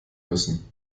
müssen